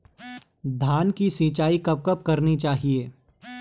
धान की सिंचाईं कब कब करनी चाहिये?